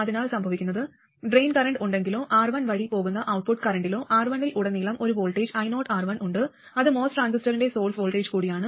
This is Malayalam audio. അതിനാൽ സംഭവിക്കുന്നത് ഡ്രെയിൻ കറന്റ് ഉണ്ടെങ്കിലോ R1 വഴി പോകുന്ന ഔട്ട്പുട്ട് കറന്റിലോ R1 ൽ ഉടനീളം ഒരു വോൾട്ടേജ് i0R1 ഉണ്ട് അതും MOS ട്രാൻസിസ്റ്ററിന്റെ സോഴ്സ് വോൾട്ടേജ് കൂടിയാണ്